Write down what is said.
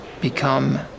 become